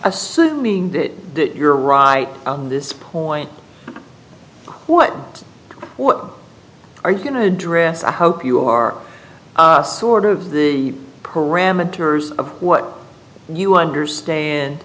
that you're right on this point what what are you going to address i hope you are sort of the parameters of what you understand